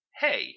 hey